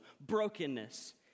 brokenness